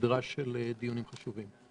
בסדרה של דיונים חשובים.